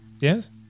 Yes